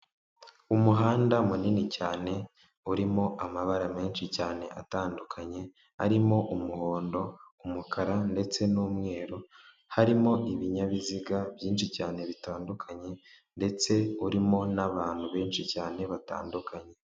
Umuhanda munini cyane urimo amabara menshi cyane atandukanye arimo umuhondo, umukara ndetse n'umweru, harimo ibinyabiziga byinshi cyane bitandukanye ndetse urimo n'abantu benshi cyane batandukanye.